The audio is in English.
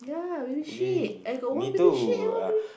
ya baby sheep I got one baby sheep and one baby